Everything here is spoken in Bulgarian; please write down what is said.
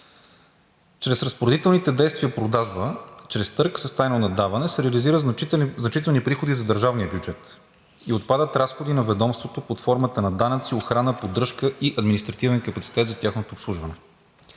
Чрез разпоредителните действия „продажба“ чрез търг с тайно наддаване се реализират значителни приходи за държавния бюджет и отпадат разходи на ведомството под формата на данъци, охрана, поддръжка и административен капацитет за тяхното обслужване.